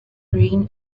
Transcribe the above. green